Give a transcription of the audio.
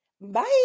Bye